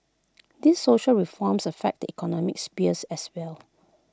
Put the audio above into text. these social reforms affect the economic sphere as well